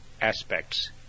aspects